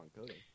coding